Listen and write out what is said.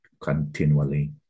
continually